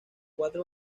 cuatro